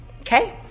okay